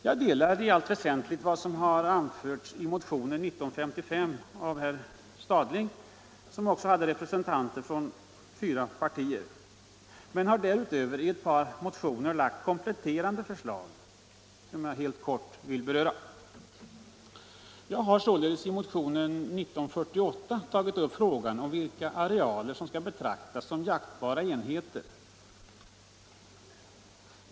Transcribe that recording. Jag delar i allt väsentligt de uppfattningar som har anförts i motionen 1955 av herr Stadling m.fl., som samlat representanter för fyra partier. Jag har därutöver i ett par motioner lagt fram kompletterande förslag, som jag helt kort vill beröra. Jag har i motionen 1948 tagit upp frågan om vilka arealer som skall betraktas som jaktbara enheter.